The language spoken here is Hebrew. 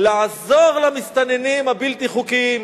לעזור למסתננים הבלתי-חוקיים,